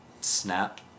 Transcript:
snap